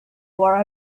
wore